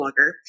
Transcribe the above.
blogger